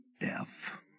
death